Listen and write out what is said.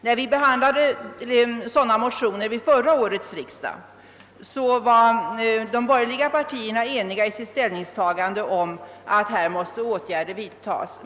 När vi vid förra årets riksdag behandlade motionerna med dessa förslag var de borgerliga partierna ense om att dessa åtgärder måste vidtas.